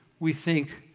we think,